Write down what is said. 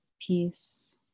peace